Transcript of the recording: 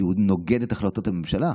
כי הוא נוגד את החלטות הממשלה.